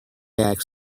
asked